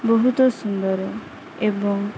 ବହୁତ ସୁନ୍ଦର ଏବଂ